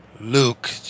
Luke